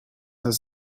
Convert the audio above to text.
has